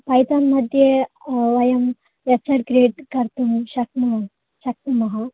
पैथान् मध्ये वयं website create कर्तुं शक्नु शक्नुमः